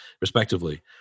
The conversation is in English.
Respectively